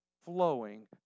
flowing